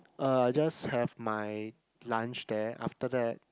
uh I just have my lunch there after that